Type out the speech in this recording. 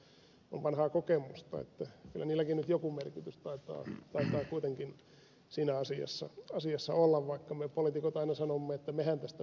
sen verran on vanhaa kokemusta että kyllä heilläkin nyt joku merkitys taitaa kuitenkin siinä asiassa olla vaikka me poliitikot aina sanomme että mehän tästä päätämme